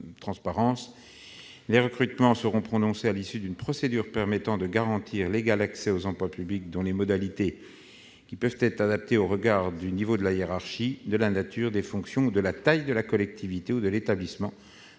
Les recrutements seront prononcés à l'issue d'une procédure permettant de garantir l'égal accès aux emplois publics dont les modalités, qui peuvent être adaptées au regard du niveau hiérarchique, de la nature des fonctions ou de la taille de la collectivité ou de l'établissement